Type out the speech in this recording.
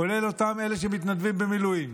כולל אותם אלה שמתנדבים במילואים,